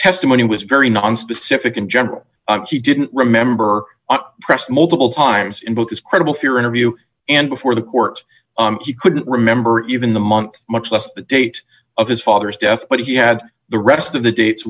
testimony was very nonspecific in general he didn't remember press multiple times in both his credible fear interview and before the court he couldn't remember even the month much less the date of his father's death but he had the rest of the dates